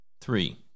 Three